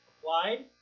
applied